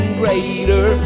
greater